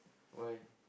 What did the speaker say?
why